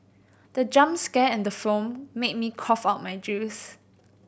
the jump scare in the film made me cough out my juice